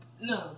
No